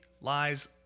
lies